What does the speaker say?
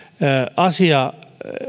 asia